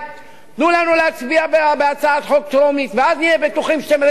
תנו לנו להצביע בהצעת חוק טרומית ואז נהיה בטוחים שאתם רציניים,